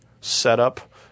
setup